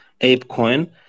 ApeCoin